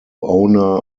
owner